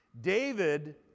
David